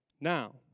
now